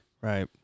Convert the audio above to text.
Right